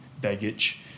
baggage